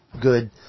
good